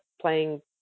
playing